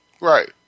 Right